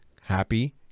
happy